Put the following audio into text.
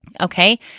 Okay